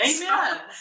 Amen